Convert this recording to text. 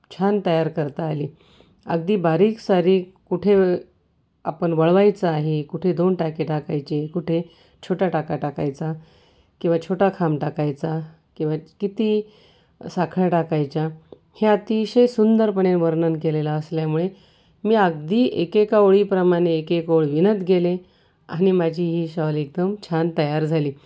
छान तयार करता आली अगदी बारीकसारीक कुठे आपण वळवायचं आहे कुठे दोन टाके टाकायचे कुठे छोटा टाका टाकायचा किंवा छोटा खांब टाकायचा किंवा किती साखळ्या टाकायच्या हे अतिशय सुंदरपणे वर्णन केलेलं असल्यामुळे मी अगदी एकेका ओळीप्रमाणे एकेक ओळ विणत गेले आणि माझी ही शॉल एकदम छान तयार झाली